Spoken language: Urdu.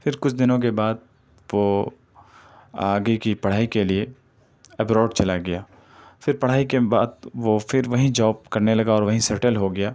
پھر کچھ دنوں کے بعد وہ آگے کی پڑھائی کے لئے ابروڈ چلا گیا پھر پڑھائی کے بعد وہ پھر وہیں جاب کرنے لگا اور وہیں سیٹل ہو گیا